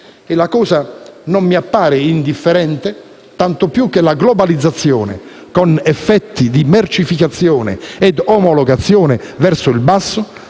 E la cosa non mi appare indifferente, tanto più che la globalizzazione, con effetti di mercificazione e omologazione verso il basso,